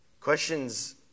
questions